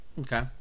Okay